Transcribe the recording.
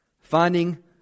Finding